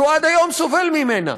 שהוא עד היום סובל ממנה,